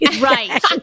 Right